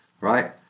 right